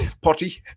potty